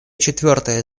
четвертое